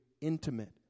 intimate